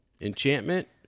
enchantment